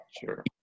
Sure